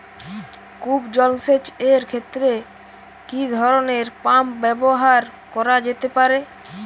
কূপ জলসেচ এর ক্ষেত্রে কি ধরনের পাম্প ব্যবহার করা যেতে পারে?